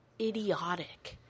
idiotic